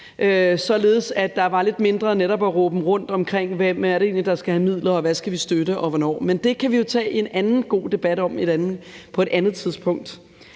således at der var lidt mindre råben op om, hvem det egentlig er, der skal have midler, og hvad vi skal støtte og hvornår. Men det kan vi jo tage en anden god debat om på et andet tidspunkt.